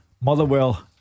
Motherwell